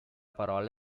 parola